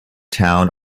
town